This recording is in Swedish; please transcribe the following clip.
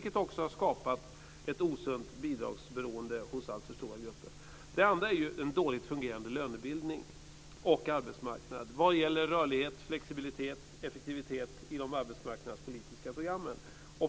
Detta har också skapat ett osunt bidragsberoende hos alltför stora grupper. För det andra gäller det den dåligt fungerande lönebildningen och arbetsmarknaden vad gäller rörlighet, flexibilitet och effektivitet i de arbetsmarknadspolitiska programmen.